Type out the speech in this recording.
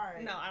no